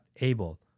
able